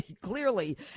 clearly